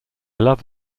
love